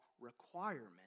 requirement